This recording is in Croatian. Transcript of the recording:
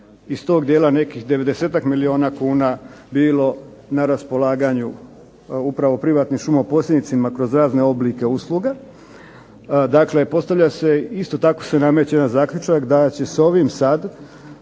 iz tog dijela nekih 90-tak milijuna kuna bilo na raspolaganju upravo privatnim šumoposjednicima kroz razne oblike usluga. Dakle, postavlja se, isto tako se nameće jedan zaključak da će s ovim sada